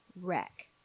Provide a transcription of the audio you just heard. wreck